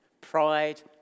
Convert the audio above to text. Pride